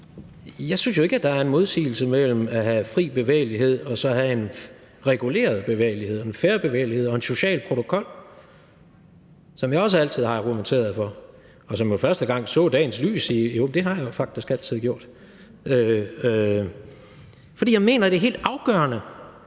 Jeg synes jo ikke, at der er en modsigelse mellem at have fri bevægelighed og så have en reguleret bevægelighed, en fair bevægelighed og en social protokol, som jeg også altid har argumenteret for. Det har jeg jo faktisk altid gjort, fordi jeg mener, det er helt afgørende.